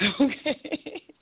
Okay